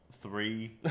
three